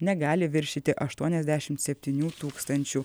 negali viršyti aštuoniasdešimt septynių tūkstančių